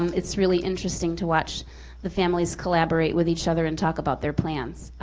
it's really interesting to watch the families collaborate with each other and talk about their plans.